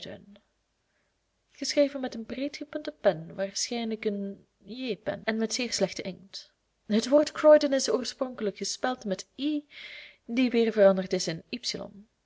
geschreven met een breed gepunte pen waarschijnlijk een j pen en met zeer slechten inkt het woord croydon is oorspronkelijk gespeld met i die weer veranderd is in y